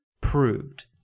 proved